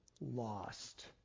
lost